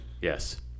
Yes